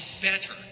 better